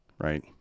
right